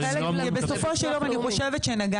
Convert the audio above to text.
כי זה חלק, בסופו של יום אני חושבת שנגענו.